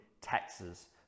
taxes